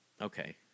okay